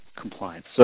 Compliance